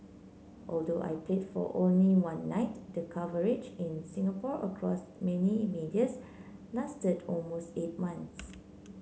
although I played for only one night the coverage in Singapore across many medias lasted almost eight months